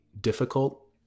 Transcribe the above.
difficult